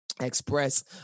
express